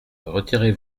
retirez